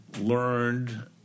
learned